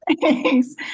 Thanks